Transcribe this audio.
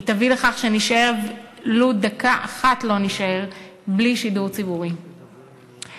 היא תביא לכך שלא נישאר בלי שידור ציבורי ולו דקה אחת.